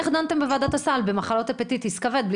איך דנתם בוועדת הסל במחלות הפטיטיס בלי